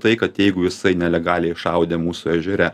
tai kad jeigu jisai nelegaliai šaudė mūsų ežere